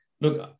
Look